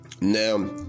now